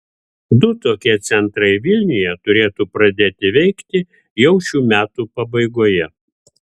du tokie centrai vilniuje turėtų pradėti veikti jau šių metų pabaigoje